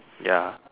ya